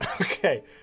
Okay